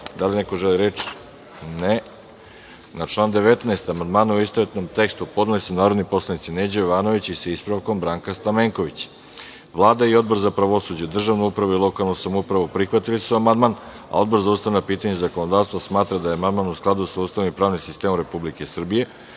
li neko želi reč? (Ne.)Na član 19. amandmane u istovetnom tekstu, podneli su narodni poslanici Neđo Jovanović i sa ispravkom, Branka Stamenković. Vlada i Odbor za pravosuđe, državnu upravu i lokalnu samoupravu prihvatili su amandman. Odbor za ustavna pitanja i zakonodavstvo smatra da je amandman u skladu sa Ustavom i pravnim sistemom Republike